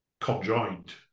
conjoined